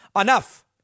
Enough